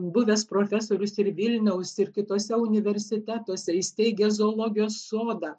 buvęs profesorius ir vilniaus ir kituose universitetuose įsteigia zoologijos sodą